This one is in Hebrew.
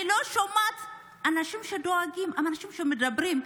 אני לא שומעת שאנשים דואגים, שאנשים מדברים.